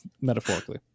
metaphorically